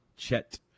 Chet